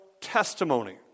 Testimony